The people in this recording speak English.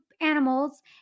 animals